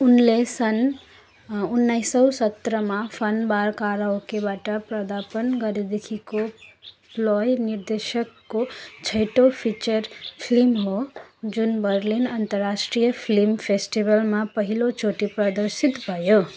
उनले सन् उन्नाइस सय सत्रमा फन बार कराओकेबाट पदार्पण गरेदेखिको प्लोय निर्देशकको छैटौँ फिचर फिल्म हो जुन बर्लिन अन्तर्राष्ट्रिय फिल्म फेस्टिभलमा पहिलोचोटि प्रदर्शित भयो